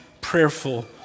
prayerful